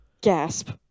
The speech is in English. Gasp